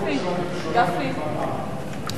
הכנסת מתרוקנת ככל שהממשלה מתמלאת.